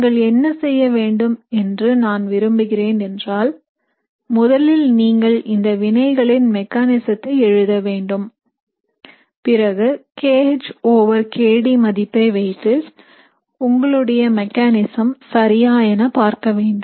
நீங்கள் என்ன செய்யவேண்டும் என்று நான் விரும்புகிறேன் என்றால் முதலில் நீங்கள் இந்த வினைகளின் மெக்காநிசத்தை எழுத வேண்டும் பிறகு kH over kD மதிப்பை வைத்து உங்களுடைய மெக்காநிசம் சரியா என பார்க்கவேண்டும்